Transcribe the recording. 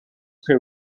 per